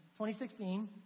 2016